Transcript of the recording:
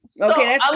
Okay